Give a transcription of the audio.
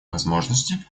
возможности